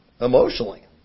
emotionally